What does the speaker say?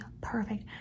perfect